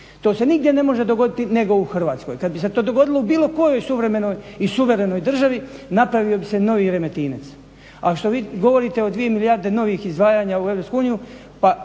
To se nigdje ne može dogoditi nego u Hrvatskoj. Kad bi se to dogodilo u bilo kojoj suvremenoj i suverenoj državi napravio bi se novi Remetinec. A što vi govorite o 2 milijarde novih izdvajanja u EU pa jedan